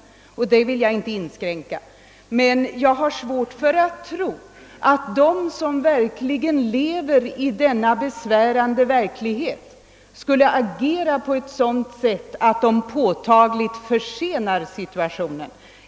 Den möjligheten vill jag inte inskränka, men jag har svårt att tro att de som verkligen upplever denna besvärande verklighet skulle agera på ett sätt som påtagligt försenar